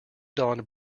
dawned